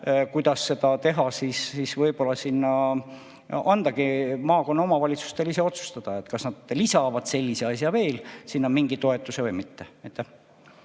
kuidas seda teha, siis võib-olla lastagi maakonna omavalitsustel ise otsustada, kas nad lisavad sellise asja veel sinna, mingi toetuse, või mitte.